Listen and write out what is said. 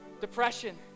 Depression